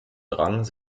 drang